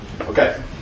Okay